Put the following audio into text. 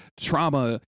trauma